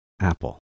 apple